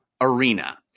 arena